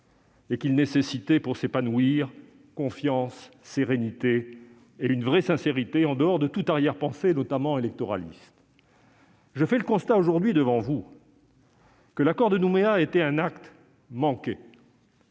et qu'il nécessitait, pour s'épanouir, de la confiance, de la sérénité et une vraie sincérité, en dehors de toute arrière-pensée, notamment, électoraliste. Je fais le constat aujourd'hui, devant vous, que l'accord de Nouméa a été un acte manqué.